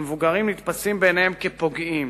המבוגרים נתפסים בעיניהן כפוגעים,